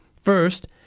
First